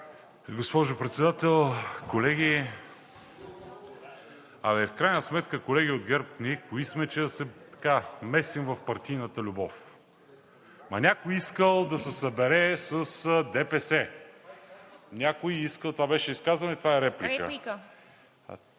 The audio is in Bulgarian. Госпожо Председател, колеги! В крайна сметка, колеги от ГЕРБ, ние кои сме, че да се месим в партийната любов? Някой искал да се събере с ДПС, някой искал… (Реплика.) Това беше изказване, това е реплика.